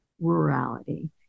rurality